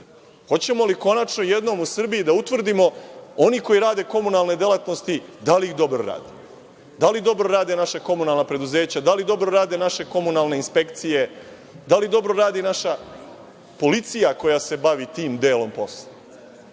li konačno jednom u Srbiji da utvrdimo, oni koji rade komunalne delatnosti da li ih dobro rade? Da li dobro rade naša komunalna preduzeća, da li dobro rade naše komunalne inspekcije, da li dobro radi naša policija koja se bavi tim delom posla? Dakle,